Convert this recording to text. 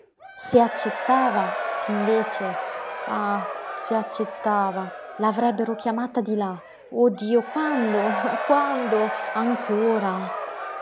se accettava invece ah se accettava la avrebbero chiamata di là oh dio quando quando ancora